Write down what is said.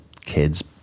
kids